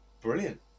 brilliant